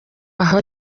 aho